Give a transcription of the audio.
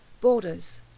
Borders